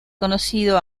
conocido